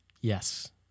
Yes